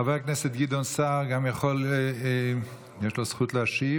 לחבר הכנסת גדעון סער יש זכות להשיב,